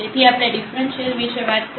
તેથી આપણે ડિફ્રન્સિઅલ વિશે વાત કરીશું